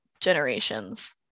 generations